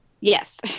Yes